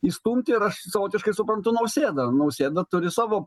išstumti ir aš savotiškai suprantu nausėdą nausėda turi savo